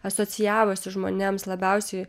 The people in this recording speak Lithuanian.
asocijavosi žmonėms labiausiai